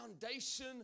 foundation